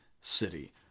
city